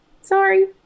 sorry